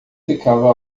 ficava